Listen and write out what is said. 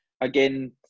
again